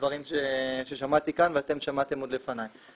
הדברים ששמעתי כאן ואתם שמעתם עוד לפניי.